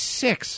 six